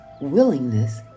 willingness